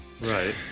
Right